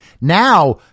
Now